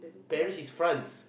Paris is France